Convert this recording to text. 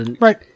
Right